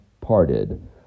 parted